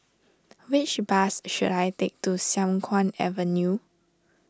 which bus should I take to Siang Kuang Avenue